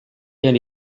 yang